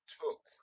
took